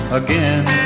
again